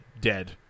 dead